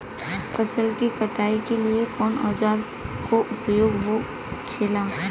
फसल की कटाई के लिए कवने औजार को उपयोग हो खेला?